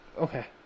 Okay